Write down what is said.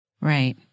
Right